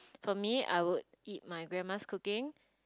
for me I would eat my grandma's cooking